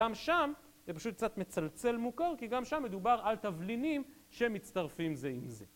גם שם, זה פשוט קצת מצלצל מוכר, כי גם שם מדובר על תבלינים שמצטרפים זה עם זה.